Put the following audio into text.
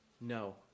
No